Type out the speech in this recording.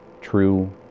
true